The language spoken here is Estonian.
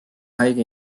haige